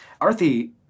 Arthi